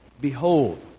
behold